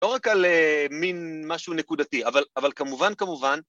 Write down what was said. ‫לא רק על מין משהו נקודתי, ‫אבל כמובן, כמובן...